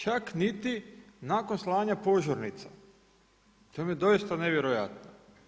Čak niti nakon slanja požurnica, to mi je doista nevjerojatno.